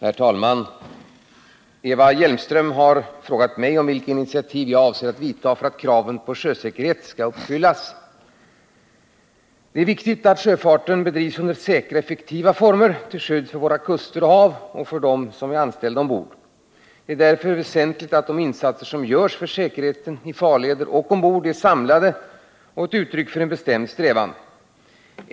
Herr talman! Eva Hjelmström har frågat mig om vilka initiativ jag avser att vidta för att kraven på sjösäkerhet skall uppfyllas. Det är viktigt att sjöfarten bedrivs under säkra och effektiva former till skydd för våra kuster och hav och för de ombordanställda. Det är därför väsentligt att de insatser som görs för säkerheten i farleder och ombord är samlade och ger uttryck för en bestämd strävan.